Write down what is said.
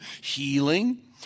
healing